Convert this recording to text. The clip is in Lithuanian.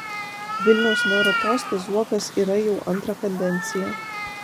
vilniaus mero poste zuokas yra jau antrą kadenciją